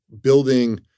building